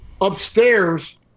upstairs